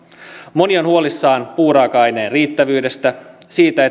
moni on huolissaan puuraaka aineen riittävyydestä siitä